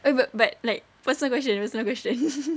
eh but but like personal question personal question